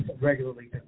regularly